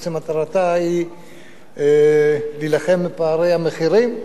בעצם מטרתה היא להילחם בפערי המחירים,